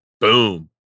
Boom